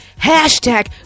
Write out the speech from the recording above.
hashtag